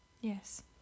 yes